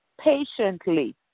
patiently